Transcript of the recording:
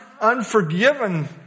unforgiven